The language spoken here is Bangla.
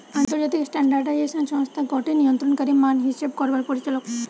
আন্তর্জাতিক স্ট্যান্ডার্ডাইজেশন সংস্থা গটে নিয়ন্ত্রণকারী মান হিসেব করবার পরিচালক